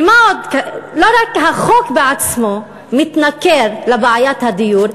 ומה עוד, לא רק החוק בעצמו מתנכר לבעיית הדיור,